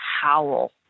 howl